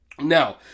Now